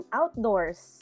outdoors